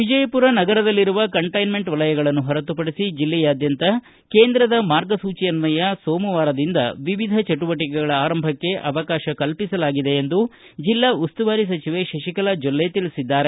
ವಿಜಯಪುರ ನಗರದಲ್ಲಿರುವ ಕಂಟೈನ್ಲೆಂಟ್ ವಲಯಗಳನ್ನು ಹೊರತುಪಡಿಸಿ ಜೆಲ್ಲೆಯಾದ್ಯಂತ ಕೇಂದ್ರದ ಮಾರ್ಗಸೂಚಿಯನ್ನಯ ಸೋಮವಾರದಿಂದ ವಿವಿಧ ಚಟುವಟಿಕೆಗಳ ಆರಂಭಕ್ಕೆ ಅವಕಾಶ ಕಲ್ಪಿಸಲಾಗಿದೆ ಎಂದು ಜಿಲ್ಲಾ ಉಸ್ತುವಾರಿ ಸಚಿವೆ ಶಶಿಕಲಾ ಜೊಲ್ಲೆ ತಿಳಿಸಿದ್ದಾರೆ